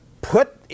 put